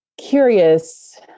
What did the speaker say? curious